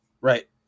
Right